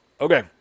okay